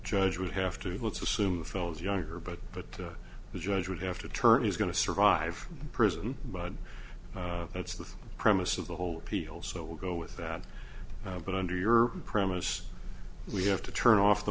judge would have to let's assume the fellows younger but but the judge would have to turn he's going to survive prison but that's the premise of the whole appeal so we'll go with that but under your premise we have to turn off the